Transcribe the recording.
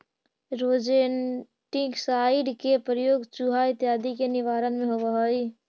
rodenticide के प्रयोग चुहा इत्यादि के निवारण में होवऽ हई